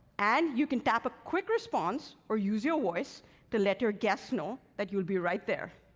and you can tap a quick response or use your voice to let your guest know that you'll be right there.